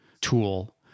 tool